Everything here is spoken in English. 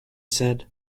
said